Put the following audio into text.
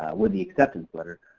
would be acceptance letter.